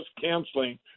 canceling